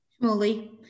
Molly